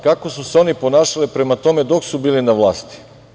Kako su se oni ponašali prema tome dok su bili na vlasti?